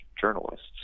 journalists